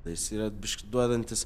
jisai yra biški duodantis